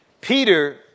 Peter